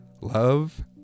Love